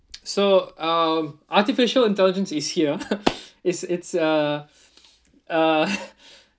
so um artificial intelligence is here it's it's uh uh